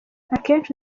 akenshi